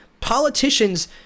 politicians